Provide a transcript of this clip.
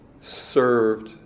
served